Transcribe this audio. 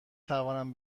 توانم